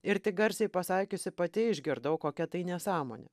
ir tik garsiai pasakiusi pati išgirdau kokia tai nesąmonė